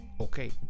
okay